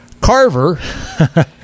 carver